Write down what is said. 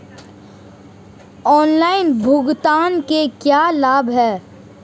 Online भुगतान के क्या लाभ हैं?